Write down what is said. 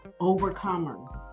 overcomers